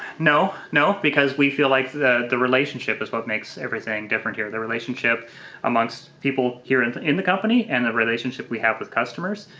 no, no, because we feel like the the relationship is what makes everything different here. the relationship amongst people here and in the company and the relationship we have with customers.